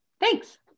Thanks